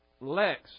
Lex